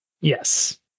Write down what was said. Yes